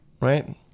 Right